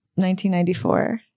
1994